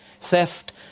theft